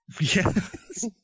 Yes